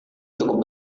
cukup